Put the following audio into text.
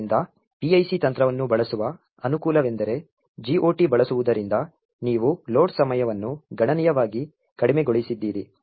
ಆದ್ದರಿಂದ PIC ತಂತ್ರವನ್ನು ಬಳಸುವ ಅನುಕೂಲವೆಂದರೆ GOT ಬಳಸುವುದರಿಂದ ನೀವು ಲೋಡ್ ಸಮಯವನ್ನು ಗಣನೀಯವಾಗಿ ಕಡಿಮೆಗೊಳಿಸಿದ್ದೀರಿ